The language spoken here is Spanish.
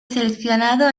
seleccionado